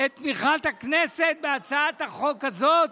את תמיכת הכנסת בהצעת החוק הזאת,